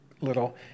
little